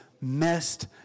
messed